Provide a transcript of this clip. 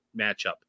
matchup